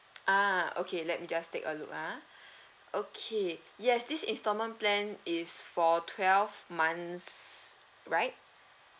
ah okay let me just take a look ah okay yes this instalment plan is for twelve months right